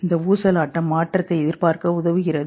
இந்த ஊசலாட்டம் மாற்றத்தை எதிர்பார்க்க உதவுகிறது